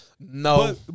No